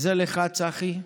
זה לך, צחי.